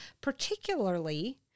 particularly